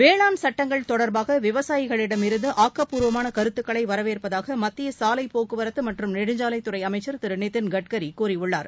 வேளாண் சட்டங்கள் தொடர்பாக விவசாயிகளிடமிருந்து ஆக்கப்பூர்வமான கருத்துக்களை வரவேற்பதாக மத்திய சாலைப் போக்குவரத்து மற்றும் நெடுஞ்சாலைத்துறை அமைச்சர் திரு நிதின் கட்கரி கூறியுள்ளார்